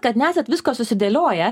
kad nesat visko susidėlioję